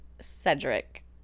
Cedric